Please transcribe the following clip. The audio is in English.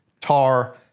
Tar